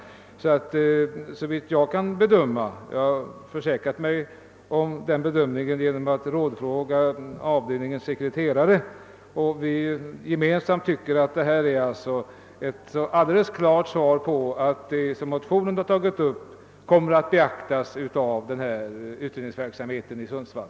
Såvitt jag kan bedöma — jag har styrkts i den bedömningen genom att rådfråga avdelningens sekreterare — är detta ett alldeles klart besked att vad motionen har tagit upp kommer att beaktas i utredningsverksamheten i Sundsvall.